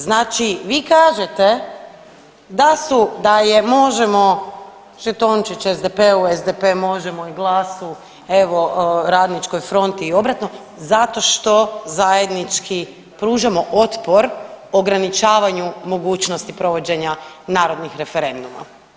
Znači vi kažete da su, da je Možemo žetončić SDP-u, u SDP, Možemo i GLAS-u, evo Radničkoj fronti i obratno zato što zajednički pružamo otpor ograničavanju mogućnosti provođenja narodnih referenduma.